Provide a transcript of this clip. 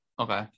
Okay